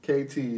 KT